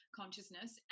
consciousness